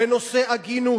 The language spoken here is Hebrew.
בנושא עגינות,